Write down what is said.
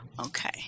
Okay